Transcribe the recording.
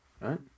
Right